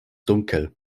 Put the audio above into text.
dunkel